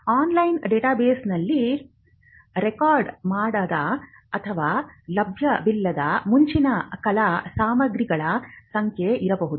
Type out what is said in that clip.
online ಡೇಟಾಬೇಸ್ನಲ್ಲಿ record ಮಾಡದ ಅಥವಾ ಲಭ್ಯವಿಲ್ಲದ ಮುಂಚಿನ ಕಲಾ ಸಾಮಗ್ರಿಗಳ ಸಂಖ್ಯೆ ಇರಬಹುದು